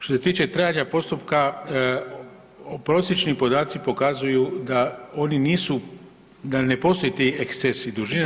Što se tiče trajanja postupka prosječni podaci pokazuju da oni nisu, da ne postoje ti ekscesi dužine.